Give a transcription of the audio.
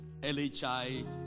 LHI